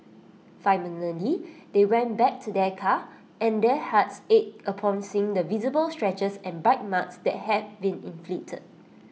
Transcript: finally they went back to their car and their hearts ached upon seeing the visible scratches and bite marks that had been inflicted